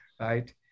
right